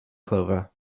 clover